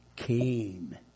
Came